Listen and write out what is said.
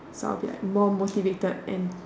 so I will be like more motivated and